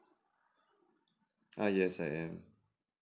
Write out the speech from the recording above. uh yes I am